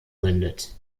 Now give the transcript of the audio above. mündet